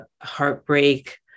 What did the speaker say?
heartbreak